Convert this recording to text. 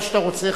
מה שאתה רוצה,